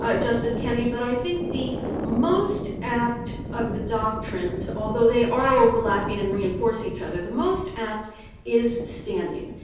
ah justice kennedy, but i think the most apt of the doctrines, although they are overlapping and reinforce each other, the most apt is standing.